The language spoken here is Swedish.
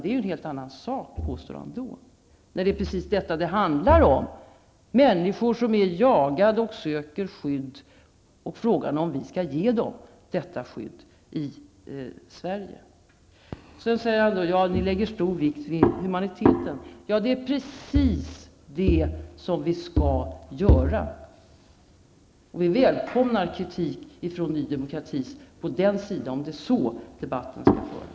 Det är en helt annan sak, påstår han, när det är precis detta det handlar om, om människor som är jagade och söker skydd. Frågan är om vi skall ge dem detta skydd i John Bouvin säger att vi lägger stor vikt vid humanitet. Ja, det är precis vad vi skall göra. Vi välkomnar kritik från nyd i det avseendet, om det är så han menar att debatten skall föras.